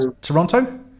Toronto